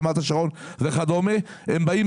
רמת השרון וכדומה הם באים